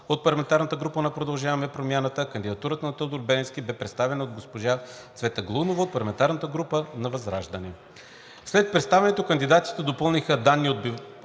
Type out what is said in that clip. от парламентарната група на „Продължаваме промяната“. Кандидатурата на Тодор Беленски беше представена от Цвета Галунова от парламентарната група на ВЪЗРАЖДАНЕ. След представянето кандидатите допълниха данни от